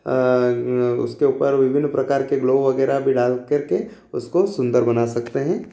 आ उसके ऊपर विभिन्न प्रकार के ग्लो वगैरह भी डाल करके उसको सुन्दर बना सकते हैं